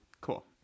Cool